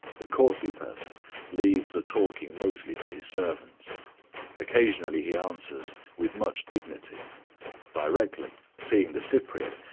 the courtly person leaves the talking mostly to his servants occasionally he answers with much dignity directly, seeing the cypriote,